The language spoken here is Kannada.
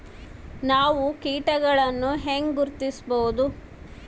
ನಾವು ಕೇಟಗಳನ್ನು ಹೆಂಗ ಗುರ್ತಿಸಬಹುದು?